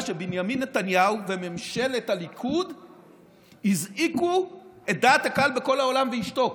שבנימין נתניהו וממשלת הליכוד הזעיקו את דעת הקהל בכל העולם ואשתו.